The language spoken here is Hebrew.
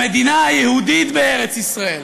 במדינה היהודית בארץ-ישראל,